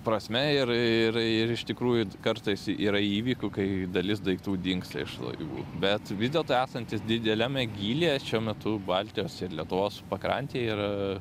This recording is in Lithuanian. prasme ir ir ir iš tikrųjų kartais yra įvykių kai dalis daiktų dingsta iš laivų bet vis dėlto esantys dideliame gylyje šiuo metu baltijos ir lietuvos pakrantėj ir